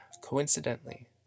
Coincidentally